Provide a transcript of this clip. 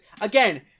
Again